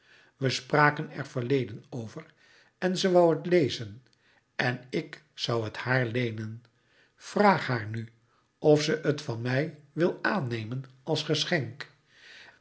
we spraken er verleden over en ze woû het lezen en ik zoû het haar leenen vraag haar nu of ze het van mij wil aannemen als geschenk